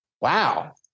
Wow